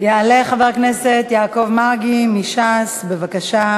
יעלה חבר הכנסת יעקב מרגי מש"ס, בבקשה.